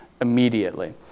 immediately